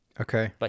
Okay